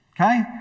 Okay